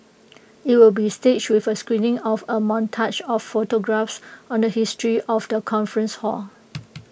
IT will be staged with A screening of A montage of photographs on the history of the conference hall